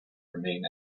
remain